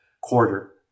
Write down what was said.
quarter